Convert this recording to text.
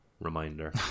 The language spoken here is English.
reminder